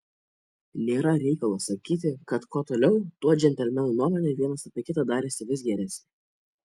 nėra reikalo sakyti kad kuo toliau tuo džentelmenų nuomonė vienas apie kitą darėsi vis geresnė